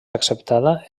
acceptada